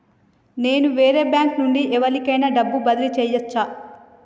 నేను వేరే బ్యాంకు నుండి ఎవలికైనా డబ్బు బదిలీ చేయచ్చా?